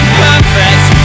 perfect